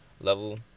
level